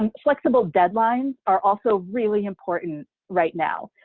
um flexible deadlines are also really important right now.